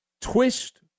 Twist